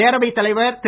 பேரவைத் தலைவர் திரு